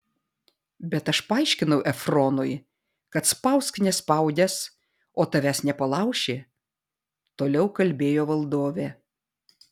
bet aš paaiškinau efronui kad spausk nespaudęs o tavęs nepalauši toliau kalbėjo valdovė